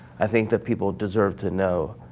i think that people deserve to know,